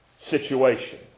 situation